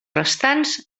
restants